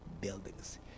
buildings